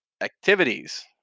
activities